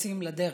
שיוצאים לדרך.